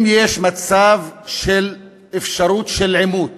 אם יש אפשרות של עימות